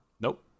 nope